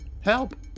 Help